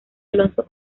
alonso